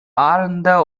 ஆர்ந்த